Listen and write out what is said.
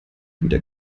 wieder